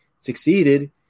succeeded